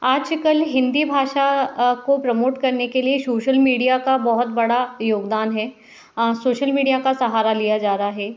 आज कल हिंदी भाषा को प्रमोट करने के लिए सोशल मीडिया का बहुत बड़ा योगदान है सोशल मीडिया का सहारा लिया जा रहा है